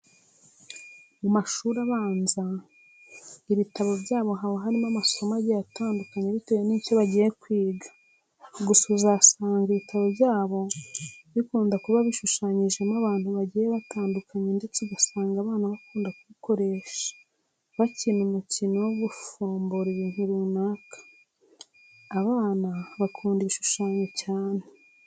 Mu mashuri abanza, ibitabo byabo haba harimo amasomo agiye atandukanye bietewe n'icyo bagiye kwiga. Gusa uzasanga ibitabo byabo bikunda kuba bishushanyijemo abantu bagiye batandukanye ndetse ugasanga abana bakunda kubikoresha bakina umukino wo gufombora ibintu runaka. Abana bakunda ibishushanyo cyane.